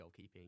goalkeeping